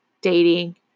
Dating